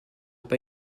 pas